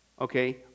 okay